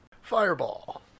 Fireball